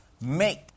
make